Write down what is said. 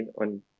on